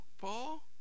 Paul